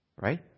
right